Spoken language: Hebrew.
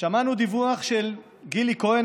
שמענו דיווח של גילי כהן,